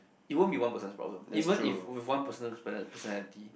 it won't be one person's problem even if with one person's personality